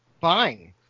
Fine